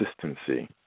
consistency